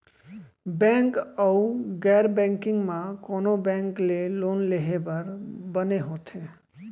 Bank अऊ गैर banking म कोन बैंक ले लोन लेहे बर बने होथे?